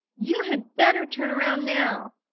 you had better turn around now.